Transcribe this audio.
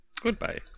goodbye